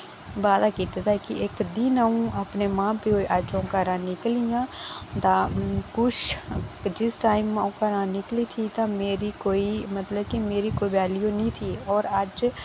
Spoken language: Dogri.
वादा कीत्ते दा ऐ के इक दिन अऊं अपने मां प्यो ही अज्ज अऊं घरा निकली आं तां कुछ जिस टाइम अऊं घरा निकली थी तां मेरी कोई मतलब कि मेरी कोई वैल्यू नि थी और अज्ज